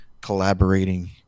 collaborating